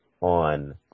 on